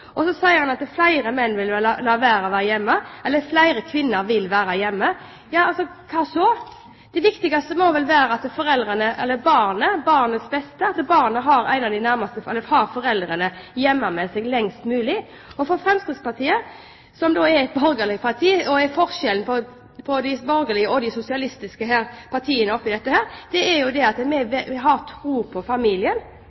hva så? Det viktigste må vel være barnets beste, at barnet har foreldrene hjemme med seg lengst mulig. Fremskrittspartiet er et borgerlig parti, og forskjellen mellom de borgerlige og de sosialistiske partiene i dette er at vi